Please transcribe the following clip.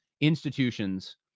institutions